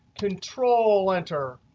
control-enter,